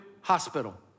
Hospital